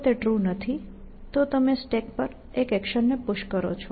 જો તે ટ્રુ નથી તો તમે સ્ટેક પર એક એક્શનને પુશ કરો છો